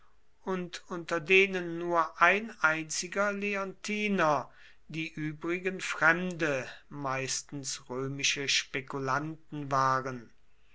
und unter denen nur ein einziger leontiner die übrigen fremde meistens römische spekulanten waren